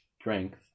strength